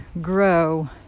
grow